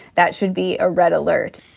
that should be a red alert